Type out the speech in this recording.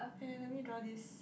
wait ah let me draw this